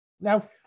now